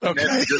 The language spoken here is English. Okay